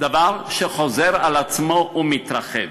דבר שחוזר על עצמו ומתרחב,